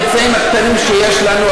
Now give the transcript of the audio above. באמצעים הקטנים שיש לנו.